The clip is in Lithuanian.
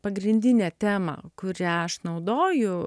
pagrindinę temą kurią aš naudoju